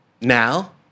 now